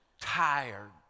tired